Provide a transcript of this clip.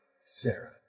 Sarah